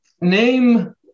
name